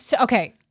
Okay